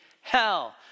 hell